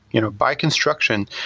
you know by construction,